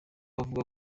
avuga